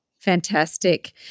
Fantastic